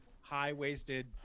high-waisted